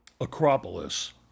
Acropolis